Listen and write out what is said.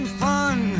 fun